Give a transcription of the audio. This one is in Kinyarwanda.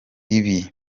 ibi